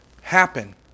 happen